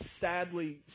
sadly